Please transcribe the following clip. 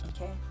okay